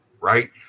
Right